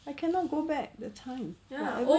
I cannot go back the time ya